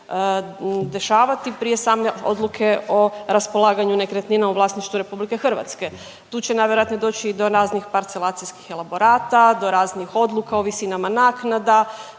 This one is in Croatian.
dešavati prije same odluke o raspolaganju nekretninom u vlasništvu RH. Tu će najvjerojatnije doći i do raznih parcelacijskih elaborata, do raznih odluka u visinama naknada,